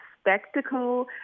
Spectacle